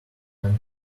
when